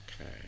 okay